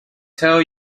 tell